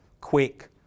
quick